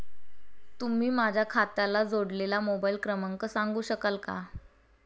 तुम्ही माझ्या खात्याला जोडलेला मोबाइल क्रमांक सांगू शकाल का?